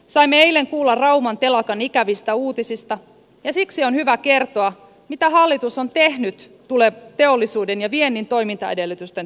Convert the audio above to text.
saimme eilen kuulla rauman telakan ikävistä uutisista ja siksi on hyvä kertoa mitä hallitus on tehnyt teollisuuden ja viennin toimintaedellytysten turvaamiseksi